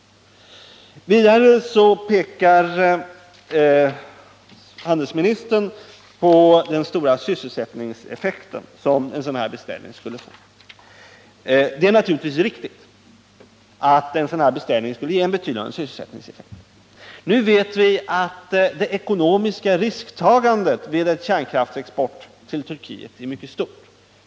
Vidare framhåller handelsministern den stora sysselsättningseffekt som en sådan här beställning skulle få. Det är naturligtvis riktigt att en sådan beställning skulle ge en betydande sysselsättningseffekt. Nu vet vi att det ekonomiska risktagandet vid kärnkraftsexport till Turkiet är mycket stort.